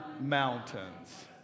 mountains